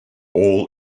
all